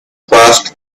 passed